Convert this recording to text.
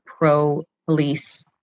pro-police